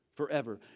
forever